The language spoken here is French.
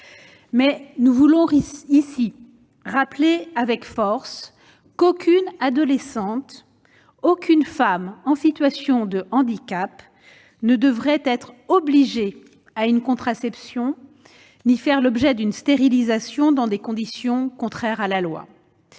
Toutefois, je rappelle ici avec force qu'aucune adolescente, aucune femme en situation de handicap ne devrait être « obligée » de prendre une contraception ni faire l'objet d'une stérilisation dans des conditions contraires à la loi.